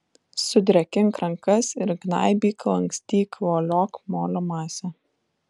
sudrėkink rankas ir gnaibyk lankstyk voliok molio masę